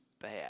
bad